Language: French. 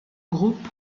groupe